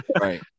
Right